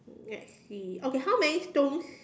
let's see okay how many stones